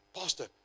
pastor